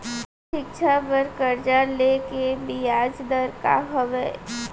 शिक्षा बर कर्जा ले के बियाज दर का हवे?